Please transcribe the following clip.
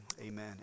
amen